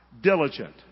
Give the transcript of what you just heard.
diligent